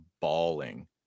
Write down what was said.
bawling